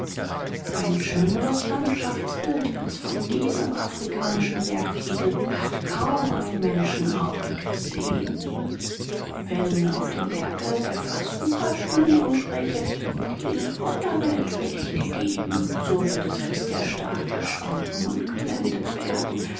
ein schönres landschaftsbild als von diesem afrikanischen bergkegel hat kaum ein menschenauge gesehen wenn auf dem berge der versucher stünde und spräche diese wunderwelt will ich dir geben so würde selbst der starke schwanken und geblendet werden